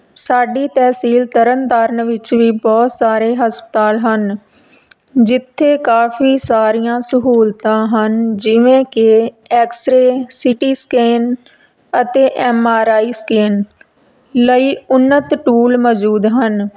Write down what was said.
ਸਾਡੀ ਤਹਿਸੀਲ ਤਰਨ ਤਾਰਨ ਵਿੱਚ ਵੀ ਬਹੁਤ ਸਾਰੇ ਹਸਪਤਾਲ ਹਨ ਜਿੱਥੇ ਕਾਫੀ ਸਾਰੀਆਂ ਸਹੂਲਤਾਂ ਹਨ ਜਿਵੇਂ ਕਿ ਐਕਸਰੇ ਸਿਟੀ ਸਕੈਨ ਅਤੇ ਐਮ ਆਰ ਆਈ ਸਕੈਨ ਲਈ ਉਨੱਤ ਟੂਲ ਮੌਜੂਦ ਹਨ